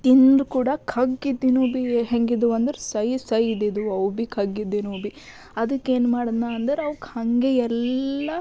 ತಿಂದೆ ಕೂಡ ಖಗ್ಗಿದ್ದಿನ್ವು ಬಿ ಹೆಂಗಿದ್ವು ಅಂದ್ರೆ ಸಿಹಿ ಸಿಹಿ ಇದ್ದಿದ್ವು ಅವು ಭೀ ಖಗ್ಗಿದ್ದಿದ್ವು ಭೀ ಅದಕ್ಕೆ ಏನು ಮಾಡ್ದೆನಾ ಅಂದ್ರೆ ಅವ್ಕೆ ಹಾಗೆ ಎಲ್ಲ